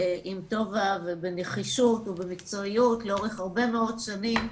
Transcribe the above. עם טובה ובנחישות ומקצועיות לאורך הרבה מאוד שנים.